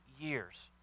years